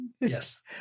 Yes